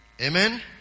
Amen